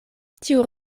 tiu